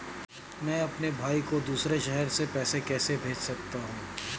मैं अपने भाई को दूसरे शहर से पैसे कैसे भेज सकता हूँ?